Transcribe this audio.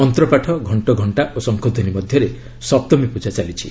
ମନ୍ତ୍ରପାଠ ଘଣ୍ଟଘଣ୍ଟା ଓ ଶଙ୍ଖଧ୍ୱନି ମଧ୍ୟରେ ସପ୍ତମୀ ପୂଜା ଚାଲିଛି